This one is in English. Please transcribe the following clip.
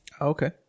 Okay